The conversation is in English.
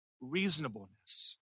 reasonableness